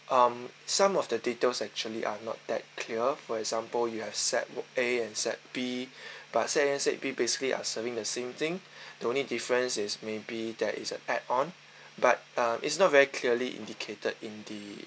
um some of the details actually are not that clear for example you have set A and set B but set A and set B basically are serving the same thing the only difference is maybe there is an add-on but um it's not very clearly indicated in the